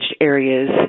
areas